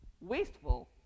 wasteful